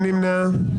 מי נמנע?